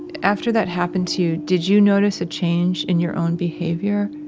after that happened to you, did you notice a change in your own behavior?